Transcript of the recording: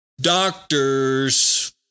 doctors